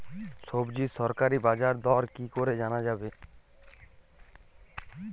সবজির সরকারি বাজার দর কি করে জানা যাবে?